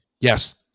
Yes